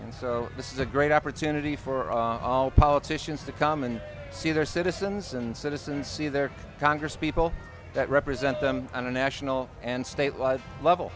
and so this is a great opportunity for all politicians to come and see their citizens and citizens see their congresspeople that represent them on a national and state laws level